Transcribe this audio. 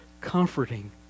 comforting